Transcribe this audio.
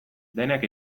denek